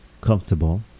comfortable